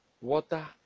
Water